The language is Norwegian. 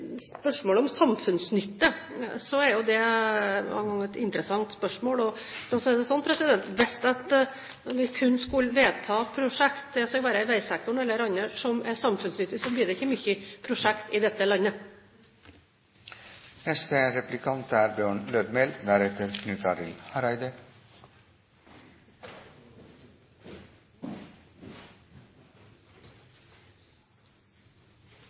spørsmålet om samfunnsnytte, er det et interessant spørsmål. La meg si det sånn at hvis vi kun skal vedta prosjekter – det være seg i veisektoren eller andre – som er samfunnsnyttige, blir det ikke mange prosjekter i dette landet. Kost–nytte er